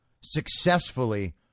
successfully